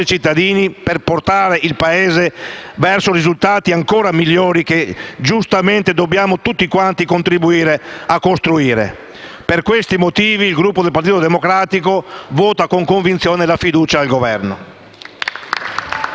cittadini, per portare il Paese verso risultati ancora migliori, che giustamente dobbiamo tutti quanti contribuire a costruire. Per questi motivi il Gruppo del Partito Democratico vota con convinzione la fiducia al Governo.